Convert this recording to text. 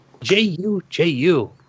J-U-J-U